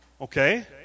Okay